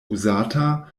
uzata